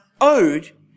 owed